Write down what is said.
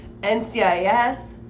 NCIS